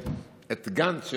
ואת גנץ,